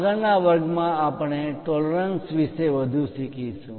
આગળના વર્ગમાં આપણે ટોલરન્સ પરિમાણ માં માન્ય તફાવત વિશે વધુ શીખીશું